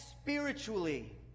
spiritually